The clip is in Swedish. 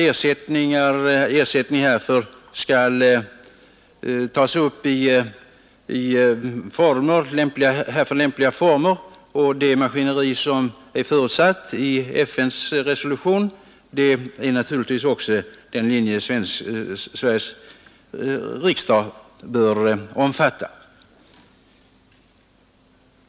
Frågan om ersättning härför bör tas upp i lämpliga former och genom det maskineri som där är förutsatt i FN:s resolution och internationella konventioner.